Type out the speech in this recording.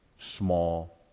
small